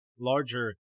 larger